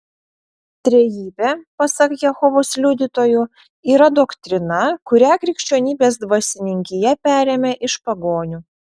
trejybė pasak jehovos liudytojų yra doktrina kurią krikščionybės dvasininkija perėmė iš pagonių